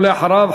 ואחריו,